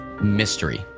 mystery